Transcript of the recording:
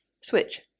switch